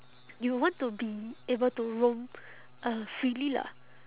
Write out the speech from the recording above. you would want to be able to roam uh freely lah